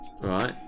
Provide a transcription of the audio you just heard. Right